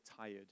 tired